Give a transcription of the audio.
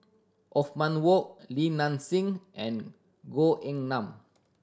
Othman Wok Li Nanxing and Goh Eng Han